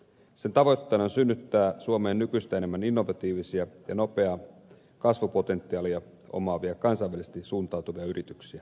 sen tavoitteena on synnyttää suomeen nykyistä enemmän innovatiivisia ja nopeaa kasvupotentiaalia omaavia kansainvälisesti suuntautuvia yrityksiä